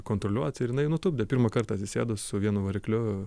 kontroliuoti ir jinai nutupdė pirmą kartą atsisėdus su vienu varikliu